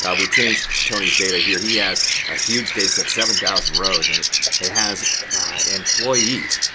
ah we've changed tony's data here. he has a huge data set, seven thousand rows and it it has employees,